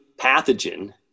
pathogen